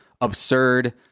absurd